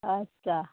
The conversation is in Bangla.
আচ্ছা